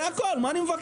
זה הכול, מה אני מבקש?